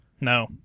No